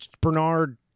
Bernard